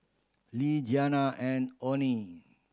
Le Jeanna and Oney